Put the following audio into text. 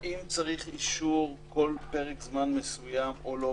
האם צריך אישור כל פרק זמן מסוים או לא?